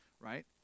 right